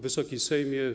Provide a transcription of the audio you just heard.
Wysoki Sejmie!